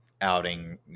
outing